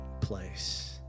place